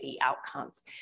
outcomes